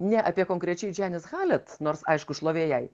ne apie konkrečiai džianis halet nors aišku šlovė jai